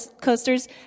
coasters